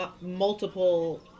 multiple